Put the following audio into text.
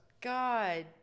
God